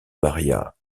maria